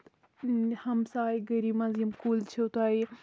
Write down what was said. ہَمساے گٔرِ منٛز یم کُلۍ چھِ تۄہہِ